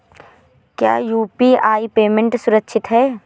क्या UPI payment सुरक्षित है?